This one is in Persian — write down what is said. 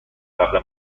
قبلا